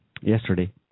yesterday